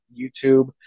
YouTube